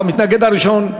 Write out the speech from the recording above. המתנגד הראשון,